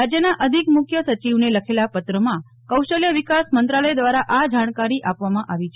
રાજ્યના અધિક મુખ્ય સચિવને લખેલા પત્રમાં કૌશલ્ય વિકાસ મંત્રાલય દ્વારા આ જાણકારી આપવામાં આવી છે